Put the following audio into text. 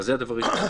זה הדבר הראשון.